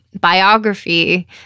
biography